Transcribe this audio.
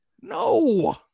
No